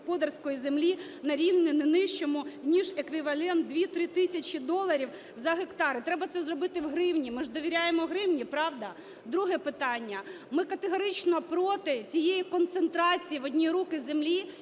землі на рівні не нижчому, ніж еквівалент в 2-3 тисячі доларів за гектар. І треба це зробити в гривні. Ми ж довіряємо гривні. Правда? Друге питання. Ми категорично проти тієї концентрації в одні руки землі,